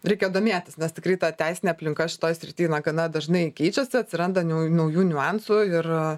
reikia domėtis nes tikrai ta teisinė aplinka šitoj srity na gana dažnai keičiasi atsiranda niau naujų niuansų ir